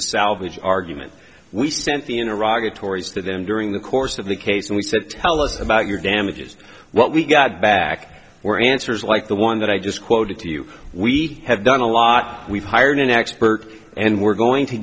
a salvage argument we spent in iraq the tories to them during the course of the case and we said tell us about your damages what we got back were answers like the one that i just quoted to you we have done a lot we've hired an expert and we're going to